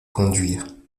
conduire